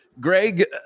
Greg